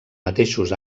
mateixos